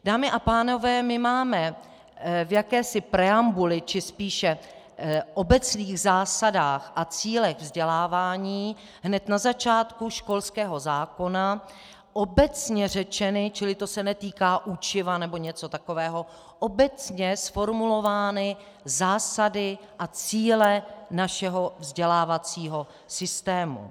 Dámy a pánové, my máme v jakési preambuli, či spíše obecných zásadách a cílech vzdělávání hned na začátku školského zákona obecně řečeny, čili se to netýká učiva nebo něčeho takového, a zformulovány zásady a cíle našeho vzdělávacího systému.